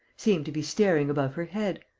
seemed to be staring above her head,